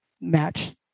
match